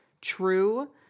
true